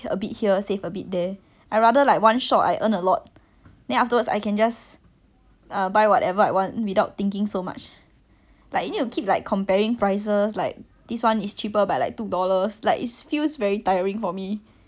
like you need to keep like comparing prices like this one is cheaper by like two dollars like it's feels very tiring for me like if my everyday I need to do that so I rather just like work work work then I get a lot of money then I just spend however I want ya lor